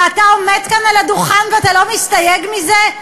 ואתה עומד פה על הדוכן ואתה לא מסתייג מזה?